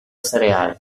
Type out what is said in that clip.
cereal